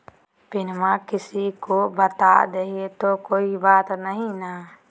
पिनमा किसी को बता देई तो कोइ बात नहि ना?